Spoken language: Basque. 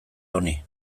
honi